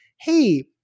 hey